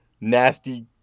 nasty